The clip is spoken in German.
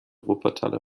wuppertaler